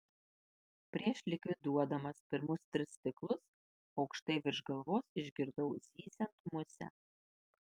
prieš likviduodamas pirmus tris stiklus aukštai virš galvos išgirdau zyziant musę